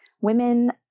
women